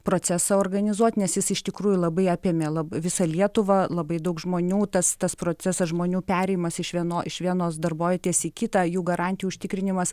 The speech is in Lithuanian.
procesą organizuot nes jis iš tikrųjų labai apėmė lab visą lietuvą labai daug žmonių tas tas procesas žmonių perėjimas iš vieno iš vienos darbovietės į kitą jų garantijų užtikrinimas